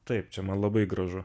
taip čia man labai gražu